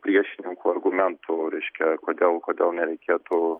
priešininkų argumentų reiškia kodėl kodėl nereikėtų